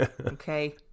Okay